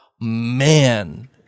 man